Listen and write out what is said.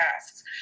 tasks